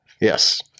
yes